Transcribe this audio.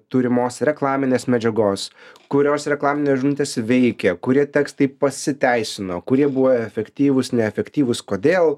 turimos reklaminės medžiagos kurios reklaminės žinutės veikia kurie tekstai pasiteisino kurie buvo efektyvūs neefektyvūs kodėl